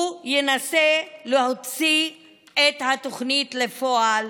הוא ינסה להוציא את התוכנית לפועל,